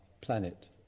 planet